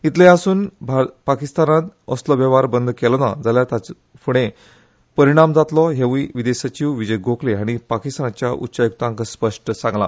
इतलेय आसुन पाकिस्तानान असलो वेव्हार बंद केलो ना जाल्यार ताचो फुडे परिणाम जातलो हेवुय विदेश सचिव विजय गोखले हाणी पाकिस्तानाच्या उच्चायुक्तांक स्पष्ट सांगला